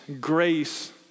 grace